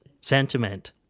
sentiment